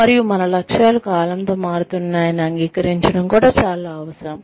మరియు మన లక్ష్యాలు కాలంతో మారుతున్నాయని అంగీకరించడం కూడా చాలా అవసరం